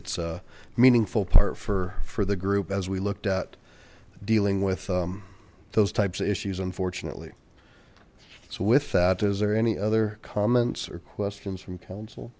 it's a meaningful part for for the group as we looked at dealing with those types of issues unfortunately so with that is there any other comments or questions from council